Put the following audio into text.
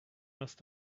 must